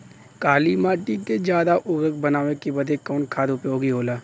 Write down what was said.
काली माटी के ज्यादा उर्वरक बनावे के बदे कवन खाद उपयोगी होला?